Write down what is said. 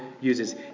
uses